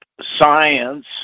science